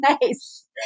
Nice